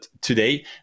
today